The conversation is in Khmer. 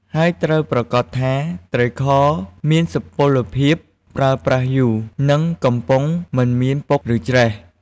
ហើយត្រូវប្រាកដថាត្រីខមានសុពលភាពប្រើប្រាស់យូរ និងកំប៉ុងមិនមានពុកឬច្រេះ។